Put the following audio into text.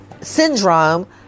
syndrome